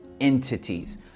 entities